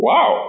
Wow